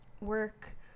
work